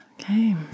Okay